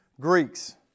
Greeks